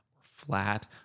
flat